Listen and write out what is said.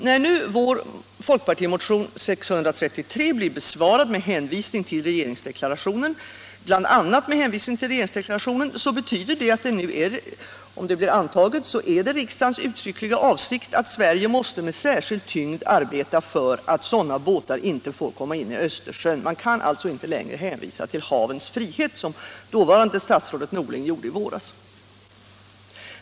När nu folkpartimotionen 633 besvaras bl.a. med hänvisning till regeringsdeklarationen betyder det —- om utskottsmajortetens skrivning antas — att det är riksdagens uttryckliga avsikt att Sverige måste med särskild tyngd arbeta för att sådana båtar inte får komma in i Östersjön. Man kan alltså inte längre hänvisa till havens frihet, som dåvarande statsrådet Norling gjorde i våras.